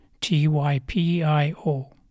T-Y-P-I-O